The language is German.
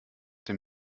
dem